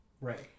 Right